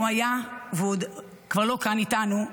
הוא היה והוא כבר לא כאן איתנו,